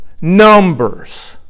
numbers